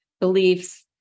beliefs